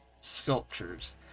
sculptures